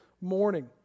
morning